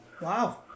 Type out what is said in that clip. Wow